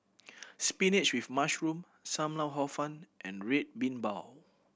spinach with mushroom Sam Lau Hor Fun and Red Bean Bao